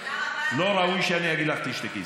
לא ראוי שאני אגיד לך "תשתקי".